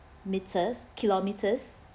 meters kilometres